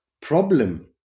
problem